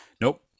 nope